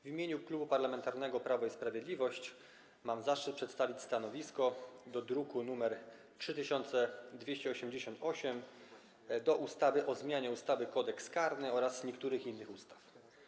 W imieniu Klubu Parlamentarnego Prawo i Sprawiedliwość mam zaszczyt przedstawić stanowisko odnośnie do druku nr 3288 - projektu ustawy o zmianie ustawy Kodeks karny oraz niektórych innych ustaw.